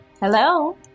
Hello